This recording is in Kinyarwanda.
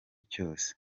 cyose